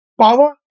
Power